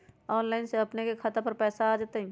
Online से अपने के खाता पर पैसा आ तई?